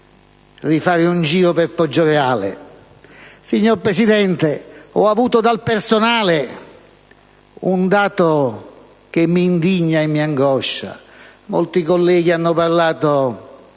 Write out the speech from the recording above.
doveroso un giro per Poggioreale. Signor Presidente, ho avuto dal personale un dato che mi indigna e mi umilia. Molti colleghi hanno parlato